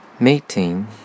Meeting